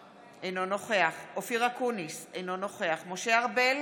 אינו נוכח אופיר אקוניס, אינו נוכח משה ארבל,